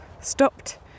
stopped